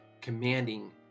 commanding